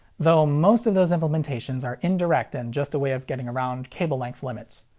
though most of those implementations are indirect and just a way of getting around cable length limits.